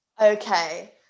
Okay